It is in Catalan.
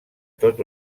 tot